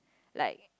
like